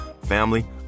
Family